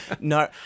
No